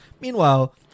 Meanwhile